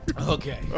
Okay